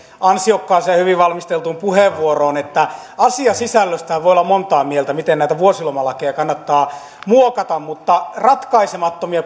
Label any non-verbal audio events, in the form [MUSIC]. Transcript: ansiokkaaseen ja hyvin valmisteltuun puheenvuoroon että asiasisällöstähän voi olla montaa mieltä miten näitä vuosilomalakeja kannattaa muokata mutta mitä tulee ratkaisemattomiin [UNINTELLIGIBLE]